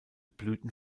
blüten